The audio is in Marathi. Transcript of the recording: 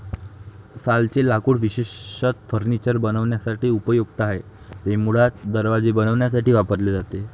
सालचे लाकूड विशेषतः फर्निचर बनवण्यासाठी उपयुक्त आहे, ते मुळात दरवाजे बनवण्यासाठी वापरले जाते